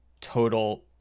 total